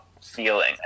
feeling